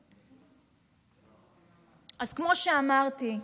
אז כמו שאמרתי,